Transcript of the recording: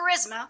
charisma